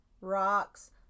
rocks